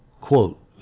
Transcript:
Quote